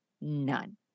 none